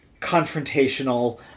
confrontational